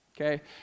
Okay